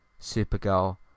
Supergirl